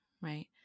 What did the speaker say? right